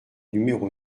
numéro